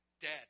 dead